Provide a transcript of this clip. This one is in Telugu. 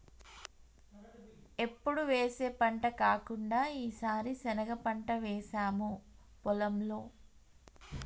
ఎప్పుడు వేసే పంట కాకుండా ఈసారి శనగ పంట వేసాము పొలంలో